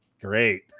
Great